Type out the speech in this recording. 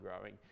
growing